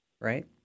Right